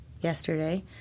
yesterday